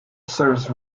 serves